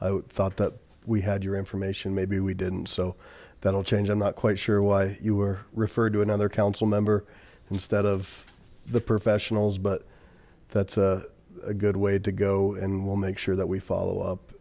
would thought that we had your information maybe we didn't so that'll change i'm not quite sure why you were referred to another council member instead of the professionals but that's a good way to go and we'll make sure that we follow up